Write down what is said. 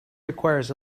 requires